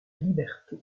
liberté